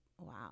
Wow